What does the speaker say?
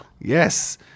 Yes